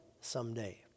someday